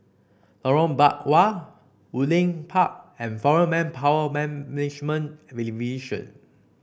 Lorong Biawak Woodleigh Park and Foreign Manpower Management Division